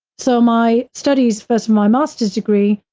so, my studies, first of my master's degree,